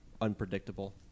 unpredictable